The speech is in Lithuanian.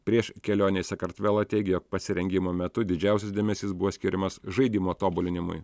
prieš kelionę į sakartvelą teigė jog pasirengimo metu didžiausias dėmesys buvo skiriamas žaidimo tobulinimui